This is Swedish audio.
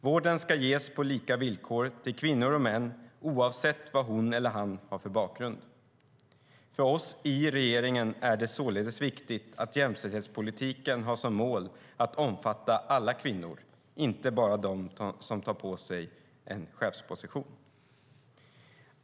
Vården ska ges på lika villkor till kvinnor och män oavsett vad hon eller han har för bakgrund. För oss i regeringen är det således viktigt att jämställdhetspolitiken har som mål att omfatta alla kvinnor, inte bara de som tar sig upp på en chefsposition.